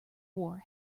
war